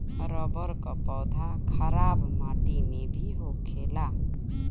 rubber क पौधा खराब माटी में भी होखेला